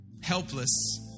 helpless